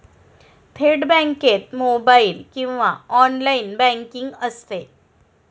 थेट बँकेत मोबाइल किंवा ऑनलाइन बँकिंग असते